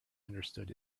understood